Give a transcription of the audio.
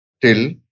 till